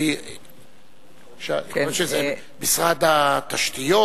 כיוון שזה משרד התשתיות,